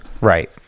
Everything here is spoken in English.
right